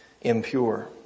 impure